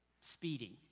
speeding